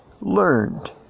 learned